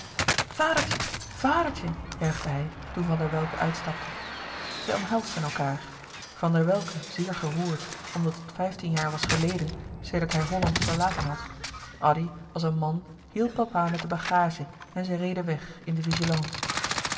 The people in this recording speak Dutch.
vadertje vadertje juichte hij toen van der welcke uitstapte zij omhelsden elkaâr van der welcke zeer geroerd omdat het vijftien jaar was geleden sedert hij holland verlaten had addy als een man hielp papa met de bagage en zij reden weg in de